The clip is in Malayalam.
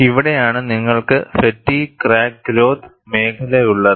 ഇവിടെയാണ് നിങ്ങൾക്ക് ഫാറ്റീഗ് ക്രാക്ക് ഗ്രോത്ത് മേഖലയുള്ളത്